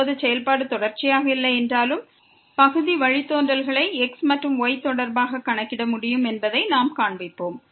இப்போது செயல்பாடு தொடர்ச்சியாக இல்லை என்றாலும் பகுதி வழித்தோன்றல்களை x மற்றும் y தொடர்பாக கணக்கிட முடியும் என்பதை நாம் காண்பிப்போம்